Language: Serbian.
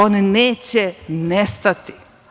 On neće nestati.